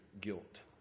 guilt